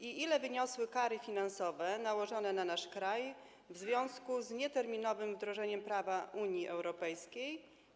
Ile wyniosły kary finansowe nałożone na nasz kraj w związku z nieterminowym wdrożeniem prawa Unii Europejskiej?